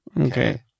okay